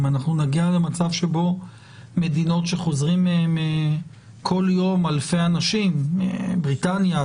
אם נגיע למצב בו מדינות מהן חוזרים כל יום אלפי אנשים בריטניה,